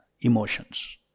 emotions